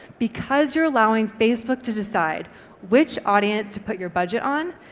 because you're allowing facebook to decide which audience to put your budget on,